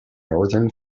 northern